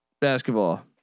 basketball